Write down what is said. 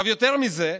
יותר מזה,